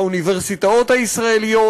באוניברסיטאות הישראליות,